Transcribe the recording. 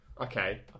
Okay